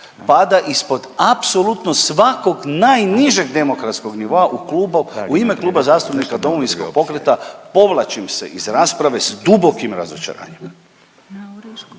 pada ispod apsolutno svakog najnižeg demokratskog nivoa u klubu, u ime Kluba zastupnika Domovinskog pokreta povlačim se iz rasprave s dubokim razočaranjem.